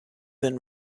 been